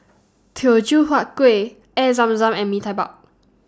Teochew Huat Kueh Air Zam Zam and Mee Tai Mak